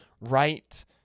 right